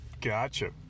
gotcha